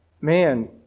man